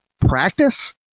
practice